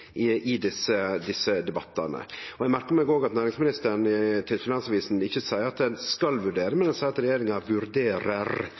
i desse debattane. Eg merkar meg også at næringsministeren til Finansavisen ikkje seier at ein skal vurdere,